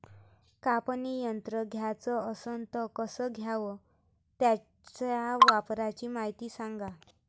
कापनी यंत्र घ्याचं असन त कस घ्याव? त्याच्या वापराची मायती सांगा